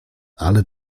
ale